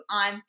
on